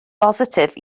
bositif